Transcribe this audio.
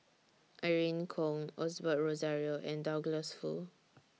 Irene Khong Osbert Rozario and Douglas Foo